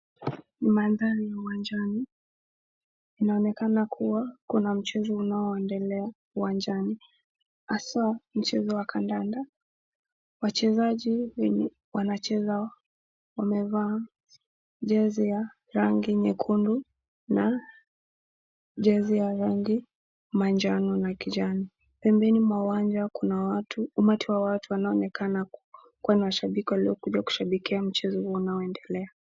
Mandhari ya uwanjani, inaonekana kuwa kuna mchezo unaoendelea uwanjani, haswa mchezo wa kadanda wachezaji wenye wanacheza wamevaa jezi ya rangi nyekundu, na jezi ya rangi manjano na kijani, pembeni mwa uwanja kuna umati wa watu unaoonekana kiwa mashabiki waliokuja kushabikia mchezo huu unaoendelea.